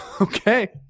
Okay